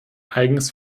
eigens